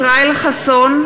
ישראל חסון,